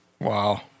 Wow